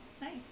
Nice